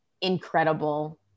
incredible